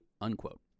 Unquote